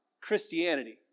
Christianity